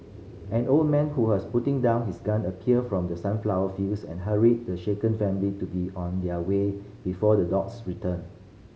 an old man who was putting down his gun appeared from the sunflower fields and hurried the shaken family to be on their way before the dogs return